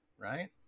right